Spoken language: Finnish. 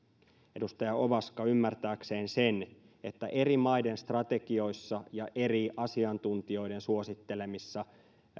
edustaja ovaska ymmärtääkseen sen että eri maiden strategioissa ja eri asiantuntijoiden suosittelemissa